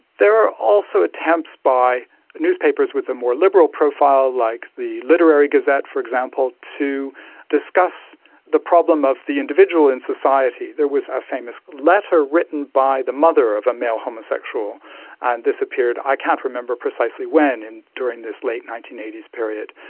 there are also attempts by newspapers with a more liberal profile, like the literary gazette, for example, to discuss the problem of the individual in society. there was a famous letter written by the mother of a male homosexual and this appeared, i can't remember precisely when and during this late nineteen eighty s period,